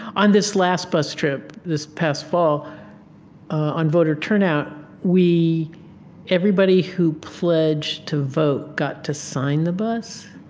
on this last bus trip this past fall on voter turnout, we everybody who pledged to vote got to sign the bus.